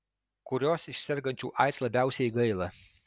kurios iš sergančių aids labiausiai gaila